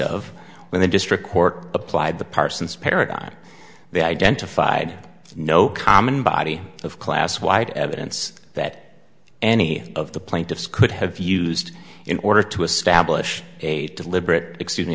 of when the district court applied the parson's paradigm they identified no common body of class wide evidence that any of the plaintiffs could have used in order to establish a deliberate excus